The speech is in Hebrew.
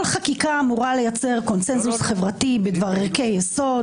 כל חקיקה אמורה לייצר קונצנזוס חברתי בדבר ערכי יסוד.